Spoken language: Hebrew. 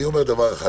אני אומר דבר אחד,